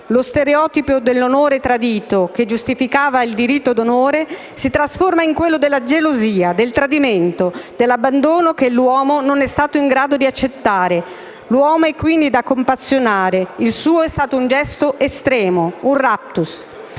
lo stereotipo dell'amore tradito che giustificava il delitto d'onore si trasforma in quello della gelosia, del tradimento, dell'abbandono che l'uomo non è stato in grado di accettare. L'uomo è quindi da compassionare, il suo è stato un gesto estremo (un *raptus*).